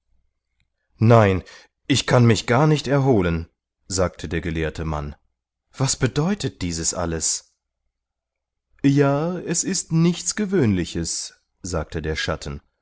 nein ich kann mich gar nicht erholen sagte der gelehrte mann was bedeutet dieses alles ja es ist nichts gewöhnliches sagte der schatten